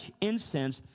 incense